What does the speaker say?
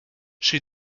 she